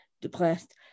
depressed